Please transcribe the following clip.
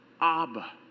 Abba